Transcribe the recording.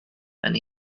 and